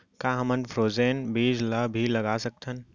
का हमन फ्रोजेन बीज ला भी लगा सकथन?